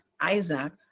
isaac